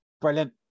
Brilliant